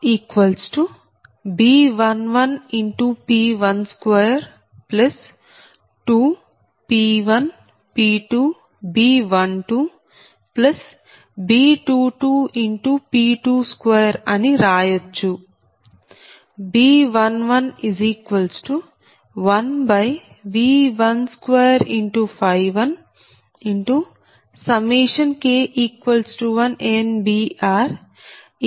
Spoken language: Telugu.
ఈ 84 వ సమీకరణం PLossB11P122P1P2B12B22P22 అని రాయచ్చుB111V121 K1NBRAK12RK